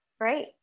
Great